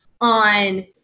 on